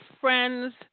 friends